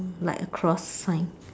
like a cross sign